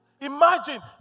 Imagine